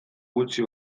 gutxi